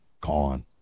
gone